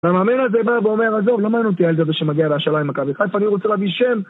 והמאמן הזה בא ואומר, עזוב, לא מעניין אותי הילד הזה שמגיע להשאלה עם מכבי, אני רוצה להביא שם